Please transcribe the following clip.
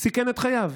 סיכן את חייו.